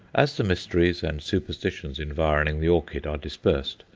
as the mysteries and superstitions environing the orchid are dispersed,